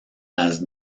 las